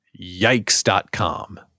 Yikes.com